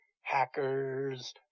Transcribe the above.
hackers